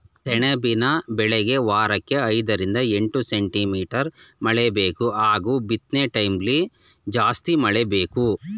ಸೆಣಬಿನ ಬೆಳೆಗೆ ವಾರಕ್ಕೆ ಐದರಿಂದ ಎಂಟು ಸೆಂಟಿಮೀಟರ್ ಮಳೆಬೇಕು ಹಾಗೂ ಬಿತ್ನೆಟೈಮ್ಲಿ ಜಾಸ್ತಿ ಮಳೆ ಬೇಕು